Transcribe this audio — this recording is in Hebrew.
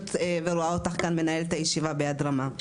ורואה אותך כאן מנהלת את הישיבה ביד רמה,